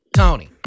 tony